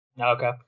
Okay